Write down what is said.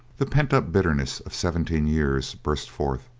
the pent-up bitterness of seventeen years burst forth.